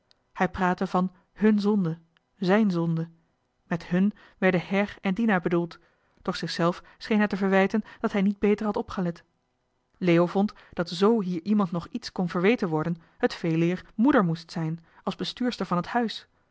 hij praatte van hun zonde zijn zonde met hun werden her en dina bedoeld doch zichzelf scheen hij te verwijten dat hij niet beter had opgelet leo vond dat z hier iemand nog iets kon verweten het veeleer moeder moest zijn als bestuurster van het huis